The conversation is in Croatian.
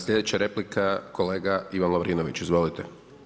Sljedeća replika kolega Ivan Lovrinović, izvolite.